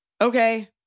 Okay